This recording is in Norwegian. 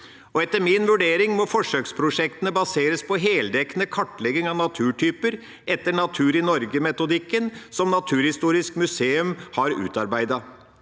Etter min vurdering må forsøksprosjektene baseres på heldekkende kartlegging av naturtyper etter Natur i Norge-metodikken som Naturhistorisk museum har utarbeidet.